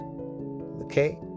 Okay